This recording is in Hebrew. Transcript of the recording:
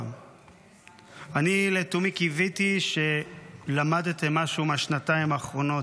אני לתומי קיוויתי שלמדתם משהו מהשנתיים האחרונות,